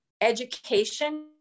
education